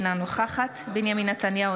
אינה נוכחת בנימין נתניהו,